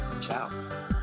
Ciao